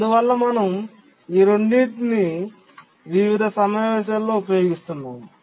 అందువల్ల మనం ఈ రెండింటినీ వివిధ సమావేశాలు ఉపయోగిస్తున్నాము